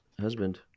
husband